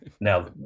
now